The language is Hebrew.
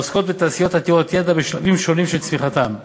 עתירות ידע ישראליות המצויות בשלב הראשוני של פעילות המחקר והפיתוח,